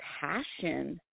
passion